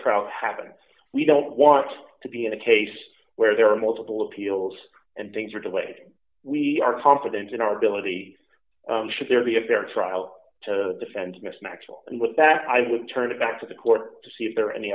trial happen we don't want to be in a case where there are multiple appeals and things are delayed we are confident in our ability should there be a fair trial to defend miss macks and with that i would turn it back to the court to see if there are any